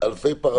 אלפי פרמטרים.